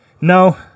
No